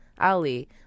Ali